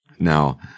Now